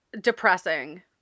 depressing